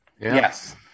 Yes